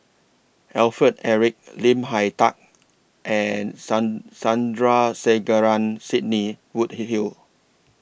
Alfred Eric Lim Hak Tai and Sand Sandrasegaran Sidney Woodhull